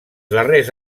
darrers